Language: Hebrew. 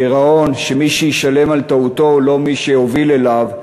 גירעון שבו מי שישלם על טעותו הוא לא מי שהוביל אליו,